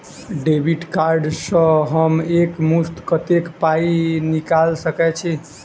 Debit card सँ हम एक मुस्त कत्तेक पाई निकाल सकय छी?